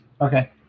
Okay